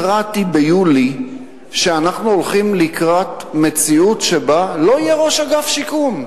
ביולי התרעתי שאנחנו הולכים לקראת מציאות שבה לא יהיה ראש אגף שיקום.